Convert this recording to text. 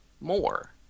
more